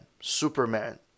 Superman